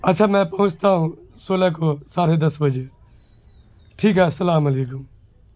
اچھا میں پہنچتا ہوں سولہ کو ساڑھے دس بجے ٹھیک ہے السلام علیکم